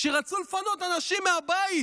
כשרצו לפנות אנשים מהבית,